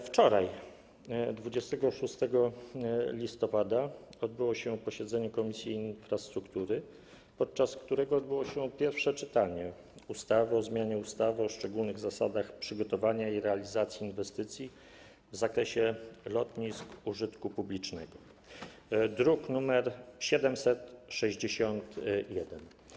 Wczoraj, 26 listopada, odbyło się posiedzenie Komisji Infrastruktury, podczas którego odbyło się pierwsze czytanie ustawy o zmianie ustawy o szczególnych zasadach przygotowania i realizacji inwestycji w zakresie lotnisk użytku publicznego, druk nr 761.